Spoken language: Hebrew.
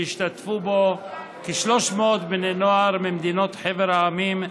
שהשתתפו בו כ-300 בני נוער מחבר המדינות,